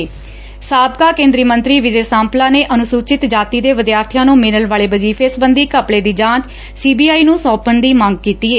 ਸਾਬਕਾ ਕੇ'ਦਰੀ ਮੰਤਰੀ ਵਿਜੇ ਸਾਂਪਲਾ ਨੇ ਅਨੁਸੂਚਿਤ ਜਾਤੀ ਦੇ ਵਿਦਿਆਰਬੀਆਂ ਨੂੰ ਮਿਲਣ ਵਾਲੇ ਵਜੀਫੇ ਸਬੰਧੀ ਘਪਲੇ ਦੀ ਜਾਂਚ ਸੀ ਬੀ ਆਈ ਨੂੰ ਸੋਂਪਣ ਦੀ ਮੰਗ ਕੀਤੀ ਏ